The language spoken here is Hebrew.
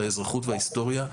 האזרחות וההיסטוריה,